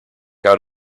out